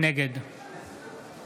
נגד